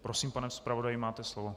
Prosím, pane zpravodaji, máte slovo.